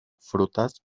frutas